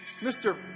Mr